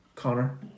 Connor